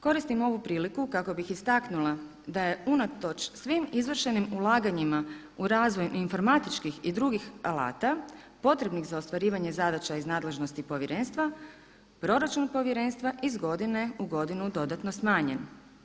Koristim ovu priliku kako bih istaknula da je unatoč svim izvršenim ulaganjima u razvoj informatičkih i drugih alata potrebnih za ostvarivanje zadaća iz nadležnosti povjerenstva, proračun povjerenstva iz godine u godinu dodatno smanjen.